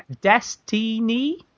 Destiny